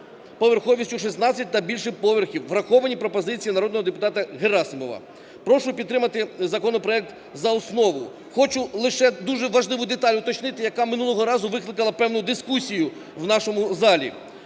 поверховістю 16 та більше поверхів, враховані пропозиції народного депутата Герасимова. Прошу підтримати законопроект за основу. Хочу лише дуже важливу деталь уточнити, яка минулого разу викликала певну дискусію в нашому залі.